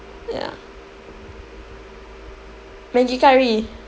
ya Maggi curry